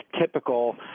typical